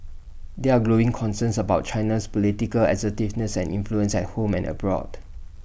there are growing concerns about China's political assertiveness and influence at home and abroad